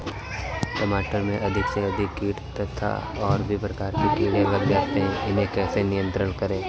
टमाटर में अधिक से अधिक कीट तथा और भी प्रकार के कीड़े लग जाते हैं इन्हें कैसे नियंत्रण करें?